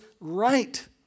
right